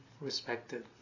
respected